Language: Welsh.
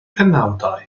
penawdau